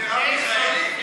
מרב מיכאלי?